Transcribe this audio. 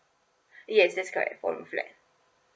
yes that's correct four room flat